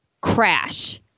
crash